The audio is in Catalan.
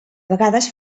vegades